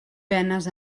penes